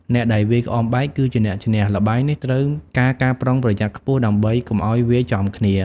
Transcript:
អ្នកដែលវាយក្អមបែក គឺជាអ្នកឈ្នះ។ ល្បែងនេះត្រូវការការប្រុងប្រយ័ត្នខ្ពស់ ដើម្បីកុំឱ្យវាយចំគ្នា ។